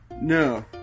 No